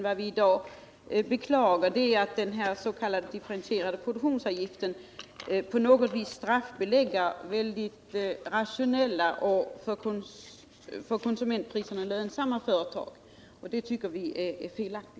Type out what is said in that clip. Vad vi i dag beklagar är att den s.k. differentierade produktionsavgiften på något vis straffbelägger mycket rationella och lönsamma företag, som kan hålla konsumentpriserna nere. Det tycker vi är felaktigt.